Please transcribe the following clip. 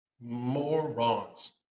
Morons